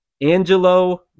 Angelo